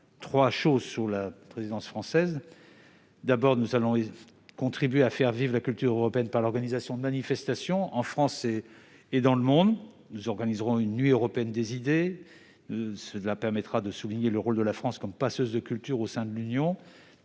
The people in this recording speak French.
agirons dans trois directions. Tout d'abord, nous contribuerons à faire vivre la culture européenne par l'organisation de manifestations en France et dans le monde. Ainsi, nous organiserons une Nuit européenne des idées, qui permettra de souligner le rôle de la France comme passeuse de culture au sein de l'Union.